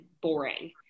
boring